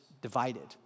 divided